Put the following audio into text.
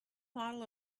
model